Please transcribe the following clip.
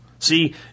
See